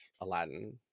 Aladdin